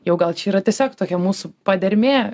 jau gal čia yra tiesiog tokia mūsų padermė